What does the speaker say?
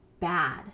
bad